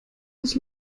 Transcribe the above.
ist